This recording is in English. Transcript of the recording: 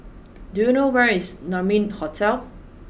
do you know where is Naumi Hotel